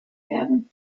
werden